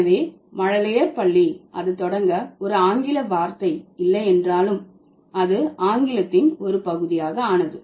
எனவேமழலையர் பள்ளி அது தொடங்க ஒரு ஆங்கில வார்த்தை இல்லை என்றாலும் அது ஆங்கிலத்தின் ஒரு பகுதியாக ஆனது